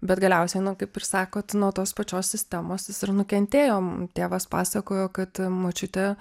bet galiausiai nu kaip ir sakot nuo tos pačios sistemos ir nukentėjo tėvas pasakojo kad močiutė